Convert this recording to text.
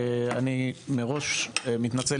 אני מראש מתנצל,